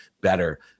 better